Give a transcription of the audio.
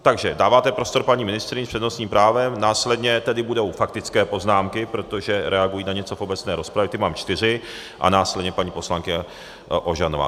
Takže dáváte prostor paní ministryni s přednostním právem, následně tedy budou faktické poznámky, protože reagují na něco v obecné rozpravě, ty mám čtyři, a následně paní poslankyně Ožanová.